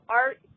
art